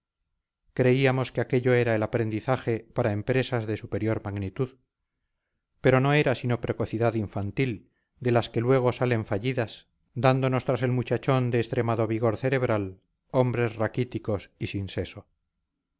creíamos que aquello era el aprendizaje para empresas de superior magnitud pero no era sino precocidad infantil de las que luego salen fallidas dándonos tras el muchachón de extremado vigor cerebral hombres raquíticos y sin seso